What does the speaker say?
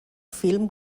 film